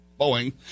Boeing